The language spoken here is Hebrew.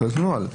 צריך נוהל.